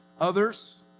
Others